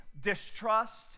distrust